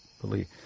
believe